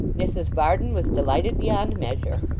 mrs varden was delighted beyond measure.